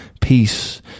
peace